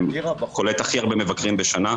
שקולט הכי הרבה מבקרים בשנה.